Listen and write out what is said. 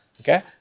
Okay